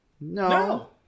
No